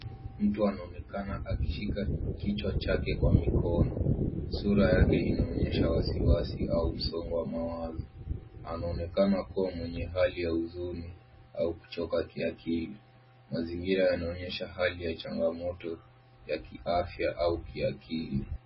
Mtu anaonekana akishika kichwa chake kwa mikono. Sura yake inaonyesha wasiwasi au msongo wa mawazo. Anaonekana kuwa mwenye hali ya huzuni au kuchoka kiakili. Mazingira yanaonyesha hali ya changamoto ya kiafya au kiakili.